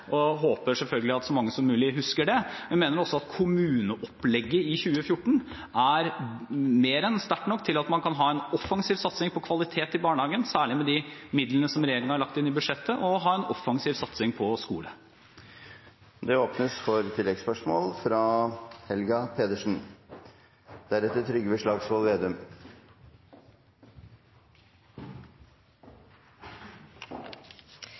og jeg håper selvfølgelig at så mange som mulig husker det. Jeg mener også at kommuneopplegget i 2014 er mer enn sterkt nok til at man kan ha en offensiv satsing på kvalitet i barnehagen, særlig med de midlene som regjeringen har lagt inn i budsjettet, og ha en offensiv satsing på skole. Det åpnes for oppfølgingsspørsmål – først Helga Pedersen.